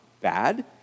bad